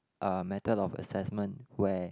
uh method of assessment where